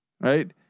right